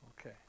Okay